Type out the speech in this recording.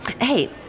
Hey